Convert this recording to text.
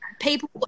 people